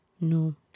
no